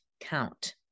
count